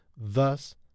Thus